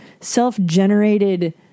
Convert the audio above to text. self-generated